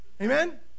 Amen